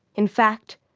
in fact,